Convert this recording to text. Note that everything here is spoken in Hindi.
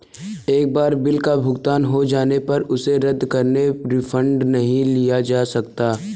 एक बार बिल का भुगतान हो जाने पर उसे रद्द करके रिफंड नहीं लिया जा सकता